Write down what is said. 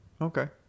Okay